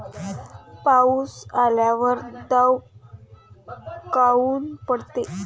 पाऊस आल्यावर दव काऊन पडते?